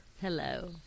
Hello